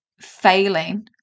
failing